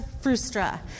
frustra